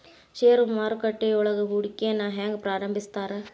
ಷೇರು ಮಾರುಕಟ್ಟೆಯೊಳಗ ಹೂಡಿಕೆನ ಹೆಂಗ ಪ್ರಾರಂಭಿಸ್ತಾರ